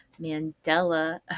Mandela